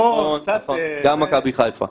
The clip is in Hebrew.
גם מכבי חיפה.